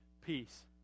peace